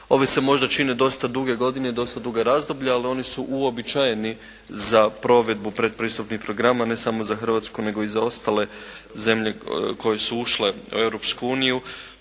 Ovdje se možda čine dosta duge godine i dosta duga razdoblja, ali oni su uobičajeni za provedbu pretpristupnih programa ne samo za Hrvatsku nego i za ostale zemlje koje su ušle u Europsku uniju.